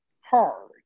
hard